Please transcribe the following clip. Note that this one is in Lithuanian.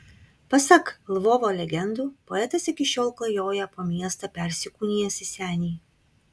pasak lvovo legendų poetas iki šiol klajoja po miestą persikūnijęs į senį